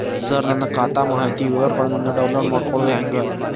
ಸರ ನನ್ನ ಖಾತಾ ಮಾಹಿತಿ ವಿವರಗೊಳ್ನ, ಡೌನ್ಲೋಡ್ ಮಾಡ್ಕೊಳೋದು ಹೆಂಗ?